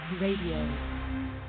Radio